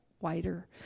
wider